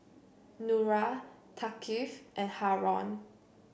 Nura Thaqif and Haron